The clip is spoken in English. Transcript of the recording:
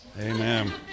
Amen